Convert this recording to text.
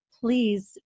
please